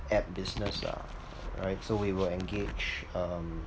app business lah right so we will engage um